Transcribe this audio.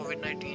COVID-19